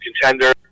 contender